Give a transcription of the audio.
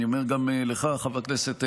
אני אומר גם לך, חבר הכנסת קריב,